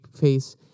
face